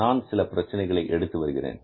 நான் சில பிரச்சனைகளை எடுத்து வருகிறேன்